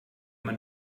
man